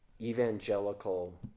evangelical